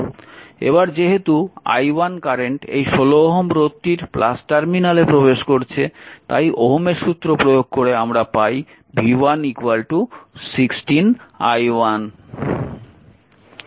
এবার যেহেতু i1 current এই 16 ওহম রোধটির টার্মিনালে প্রবেশ করছে তাই ওহমের সূত্র প্রয়োগ করে আমরা পাই v1 16 i1